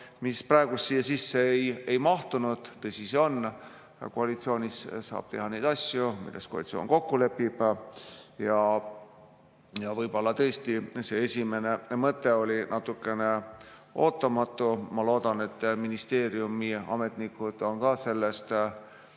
mis praegu siia sisse ei mahtunud. Tõsi see on, koalitsioonis saab teha neid asju, milles koalitsioon kokku lepib. Ja võib-olla tõesti see esimene mõte oli natukene ootamatu. Ma loodan, et ministeeriumi ametnikud on ka sellest